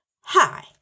Hi